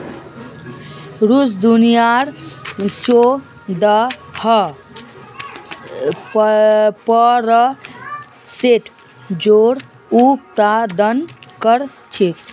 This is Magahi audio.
रूस दुनियार चौदह प्परसेंट जौर उत्पादन कर छेक